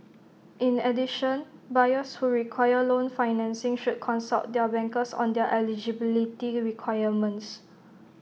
in addition buyers who require loan financing should consult their bankers on their eligibility requirements